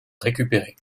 récupérer